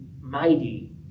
mighty